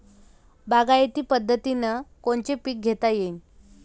बागायती पद्धतीनं कोनचे पीक घेता येईन?